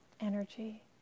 energy